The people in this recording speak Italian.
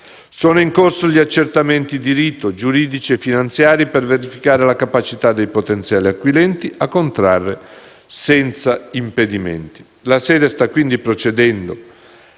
Sono in corso gli accertamenti di rito giuridici e finanziari per verificare la capacità dei potenziali acquirenti a contrarre senza impedimenti.